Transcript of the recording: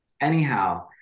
Anyhow